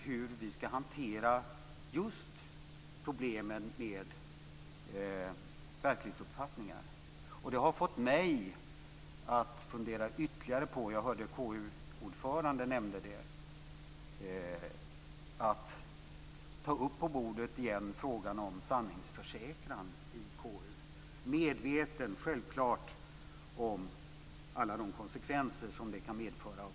Hur ska vi hantera de olika verklighetsuppfattningarna? Det har fått mig att fundera ytterligare på att ta upp frågan om sanningsförsäkran i KU på bordet igen. Jag hörde att ordföranden i KU nämnde det också. Jag är självfallet medveten om alla de konsekvenser och problem som det kan medföra.